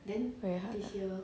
very hard lah